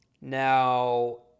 Now